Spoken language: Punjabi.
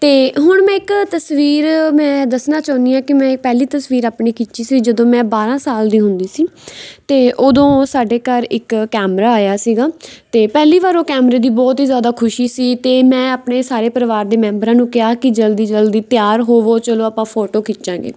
ਅਤੇ ਹੁਣ ਮੈਂ ਇੱਕ ਤਸਵੀਰ ਮੈਂ ਦੱਸਣਾ ਚਾਹੁੰਦੀ ਹਾਂ ਕਿ ਮੈਂ ਇਹ ਪਹਿਲੀ ਤਸਵੀਰ ਆਪਣੀ ਖਿੱਚੀ ਸੀ ਜਦੋਂ ਮੈਂ ਬਾਰਾਂ ਸਾਲ ਦੀ ਹੁੰਦੀ ਸੀ ਅਤੇ ਉਦੋਂ ਸਾਡੇ ਘਰ ਇੱਕ ਕੈਮਰਾ ਆਇਆ ਸੀਗਾ ਅਤੇ ਪਹਿਲੀ ਵਾਰ ਉਹ ਕੈਮਰੇ ਦੀ ਬਹੁਤ ਹੀ ਜ਼ਿਆਦਾ ਖੁਸ਼ੀ ਸੀ ਅਤੇ ਮੈਂ ਆਪਣੇ ਸਾਰੇ ਪਰਿਵਾਰ ਦੇ ਮੈਂਬਰਾਂ ਨੂੰ ਕਿਹਾ ਕਿ ਜਲਦੀ ਜਲਦੀ ਤਿਆਰ ਹੋਵੋ ਚਲੋ ਆਪਾਂ ਫੋਟੋ ਖਿੱਚਾਂਗੇ